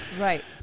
Right